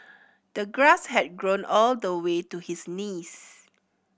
the grass had grown all the way to his knees